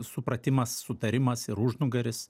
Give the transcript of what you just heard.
supratimas sutarimas ir užnugaris